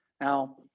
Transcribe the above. Now